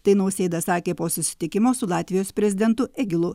tai nausėda sakė po susitikimo su latvijos prezidentu egilu